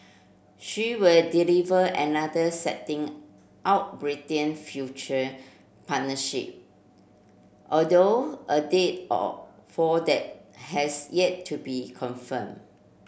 she will deliver another setting out Britain future partnership although a date or for that has yet to be confirmed